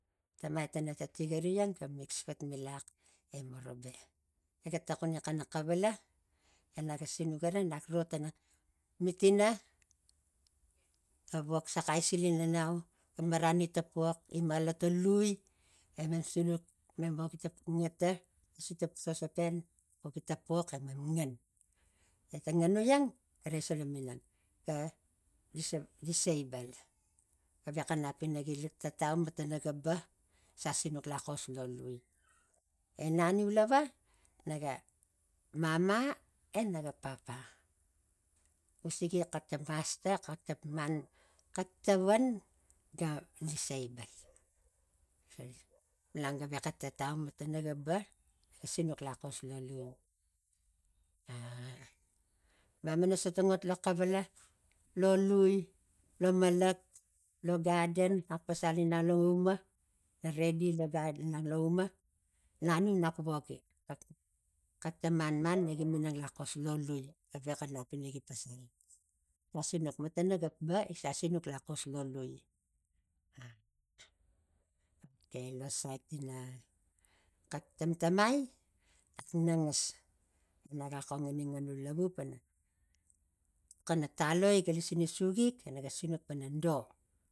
Tamai tana tikari iang ga mix fatmilak e morobe ega taxuni xan xavala e naga sinuk aro nak ro tanamitina ga vok saxai silin inau ga marani ta pox ima lo ta lui emem sinuk mem voki ta ngata nasi ta sosopan xuki ta pox emam nagan. E ta nganu iang gara gi sala minang ga disabal gavexa nap ini gi tatau matana ga ba sa sinuk laxos lo lui e naniu lava naga mamae naga papa usigi xax ta masta xax ta man xaxtavan ga diseibal malan ga vexa tatau matana ga ba ga sinuk laxos lo luia mamana sota ot lo xavala lo lui lo malak lo gaden nak pasal inang lo umanak redi ta gaden nang lo uma naniu nak voki xak- xak ta manman negi minang laxos lo lui ga vexa nap ina gi pasal gi sa sinuk matana ga ba gisa sinuk laxos lo lui a- a okei lo sait ina xak tamtamai nak nangas e naga axaungani nganu lavu pana xana taloi ga lisini suguk e naga sinuk panado